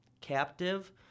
captive